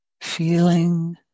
feeling